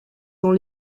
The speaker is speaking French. dans